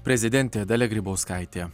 prezidentė dalia grybauskaitė